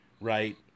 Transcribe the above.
right